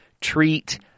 treat